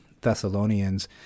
Thessalonians